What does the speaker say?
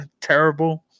Terrible